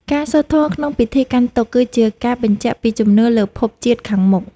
ការសូត្រធម៌ក្នុងពិធីកាន់ទុក្ខ គឺជាការបញ្ជាក់ពីជំនឿលើភពជាតិខាងមុខ។